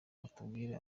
batubwire